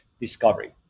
discovery